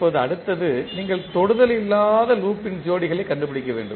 இப்போது அடுத்தது நீங்கள் தொடுதல் இல்லாத லூப் ன்ஜோடிகளைக் கண்டுபிடிக்க வேண்டும்